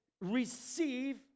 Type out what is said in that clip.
Receive